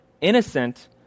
innocent